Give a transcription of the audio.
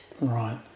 Right